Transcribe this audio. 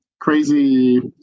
crazy